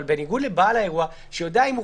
אבל בניגוד לבעל האירוע שיודע אם הוא